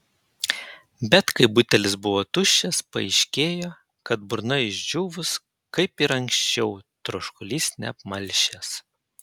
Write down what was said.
bet kai butelis buvo tuščias paaiškėjo kad burna išdžiūvus kaip ir anksčiau troškulys neapmalšęs